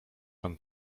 pan